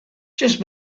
just